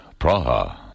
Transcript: Praha